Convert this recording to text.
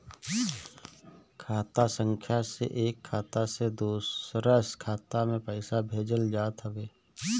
खाता संख्या से एक खाता से दूसरा खाता में पईसा भेजल जात हवे